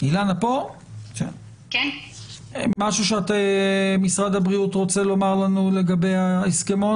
משהו שמשרד הבריאות רוצה לומר לנו לגבי ההסכמון?